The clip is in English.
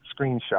screenshot